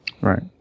Right